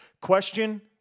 question